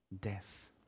death